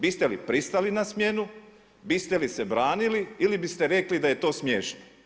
Biste li pristali na smjenu, biste li se branili ili bi ste rekli da je to smiješno?